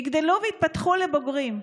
יגדלו ויתפתחו לבוגרים?